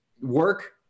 work